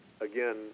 again